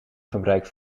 gebruik